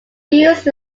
used